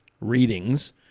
readings